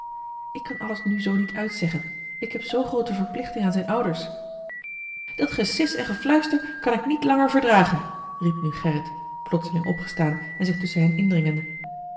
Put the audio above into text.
ik kan alles nu zoo niet uitzeggen ik heb zoo groote verplichting aan zijne ouders dat gesis en gefluister kan ik niet langer verdragen riep nu gerrit plotseling opgestaan en zich tusschen hen indringende